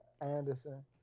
Anderson